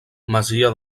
masia